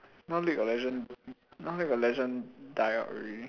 now league of legend now league of legend die out already